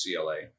cla